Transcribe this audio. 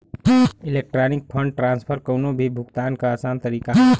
electronic fund transfer कउनो भी भुगतान क आसान तरीका हौ